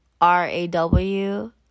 r-a-w